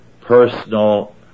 personal